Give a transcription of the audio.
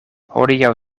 hodiaŭ